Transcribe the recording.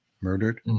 murdered